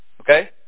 Okay